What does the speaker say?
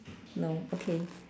no okay